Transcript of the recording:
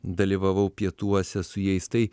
dalyvavau pietuose su jais tai